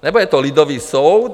Nebo je to lidový soud?